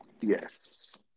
Yes